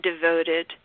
devoted